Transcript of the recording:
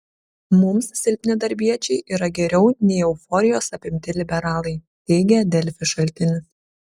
mums silpni darbiečiai yra geriau nei euforijos apimti liberalai teigė delfi šaltinis